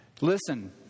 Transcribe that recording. Listen